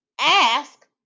Ask